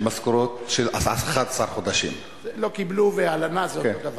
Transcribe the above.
משכורות של 11 חודשים -- "לא קיבלו" ו"הלנה" זה אותו דבר.